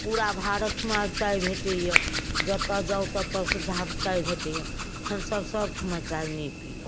तऽ पूरा भारतमे आब चाय भेटैया जतऽ जाउ ततऽ सुबिधा चाय भेटैया हमसब सब ठमा चाय नहि पीलहुॅं